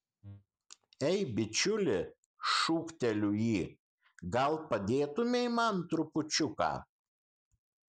ei bičiuli šūkteliu jį gal padėtumei man trupučiuką